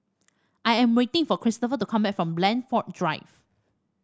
I am waiting for Kristofer to come back from Blandford Drive